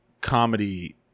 comedy